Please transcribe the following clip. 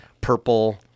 purple